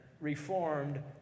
reformed